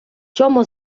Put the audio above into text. чому